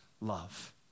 love